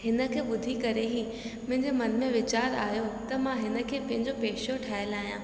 हिन खे ॿुधी करे ई मुंहिंजे मन में वीचार आहियो त मां हिन खे पंहिंजो पेशो ठाहे लाहियां